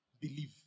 Believe